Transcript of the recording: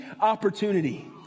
opportunity